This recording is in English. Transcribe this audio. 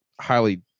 highly